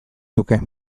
nuke